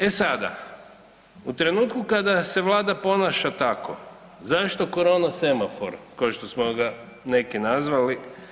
E sada, u trenutku kada se Vlada ponaša tako, zašto korona semafor ko što smo ga neki nazvali?